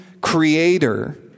creator